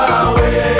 away